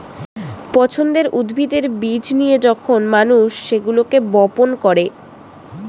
পছন্দের উদ্ভিদের বীজ নিয়ে যখন মানুষ সেগুলোকে বপন করে